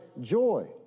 joy